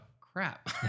crap